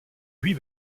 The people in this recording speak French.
huit